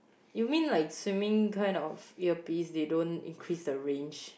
you mean like swimming kind of earpiece they don't increase the range